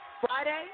Friday